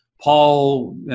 Paul